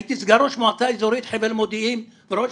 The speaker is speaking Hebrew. הייתי סגן ראש מועצה אזורית חבל מודיעין וראש